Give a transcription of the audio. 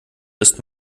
ist